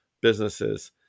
businesses